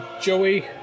Joey